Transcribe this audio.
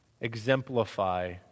exemplify